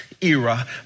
era